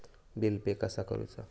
Bill pay कसा करुचा?